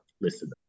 Listen